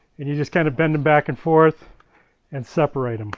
and you just kind of bend them back and forth and separate and